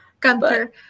gunther